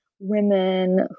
women